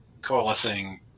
coalescing